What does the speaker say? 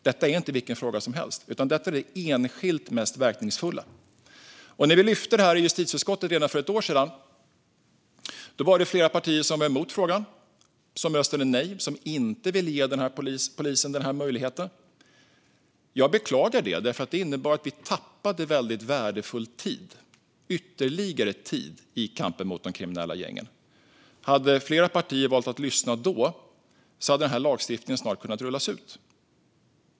Det är inte vilken fråga som helst, utan detta är det enskilt mest verkningsfulla. När vi lyfte fram detta i justitieutskottet redan för ett år sedan var det flera partier som var emot frågan och som röstade nej. De ville inte ge polisen den här möjligheten. Jag beklagar det, för det innebär att vi tappade värdefull tid - ytterligare tid - i kampen mot de kriminella gängen. Hade fler partier valt att lyssna då hade den här lagstiftningen snart kunnat rullas ut.